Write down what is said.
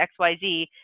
XYZ